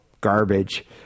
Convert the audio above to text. garbage